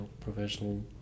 professional